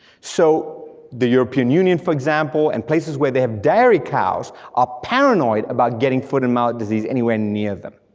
so the european union, for example, and places where they have dairy cows are paranoid about getting foot and mouth disease anywhere near them.